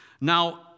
Now